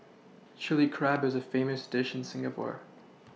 Chilli Crab is a famous dish in Singapore